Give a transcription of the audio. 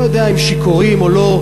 אני לא יודע אם שיכורים או לא,